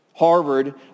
Harvard